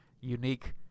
unique